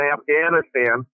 Afghanistan